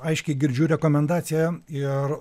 aiškiai girdžiu rekomendaciją ir